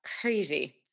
Crazy